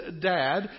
dad